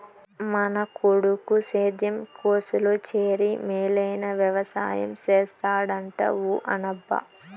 మన కొడుకు సేద్యం కోర్సులో చేరి మేలైన వెవసాయం చేస్తాడంట ఊ అనబ్బా